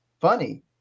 funny